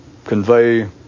convey